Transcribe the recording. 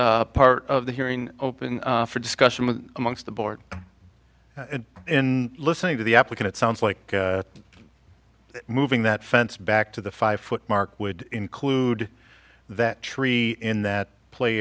this part of the hearing open for discussion with amongst the board in listening to the applicant it sounds like moving that fence back to the five foot mark would include that tree in that play